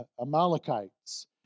Amalekites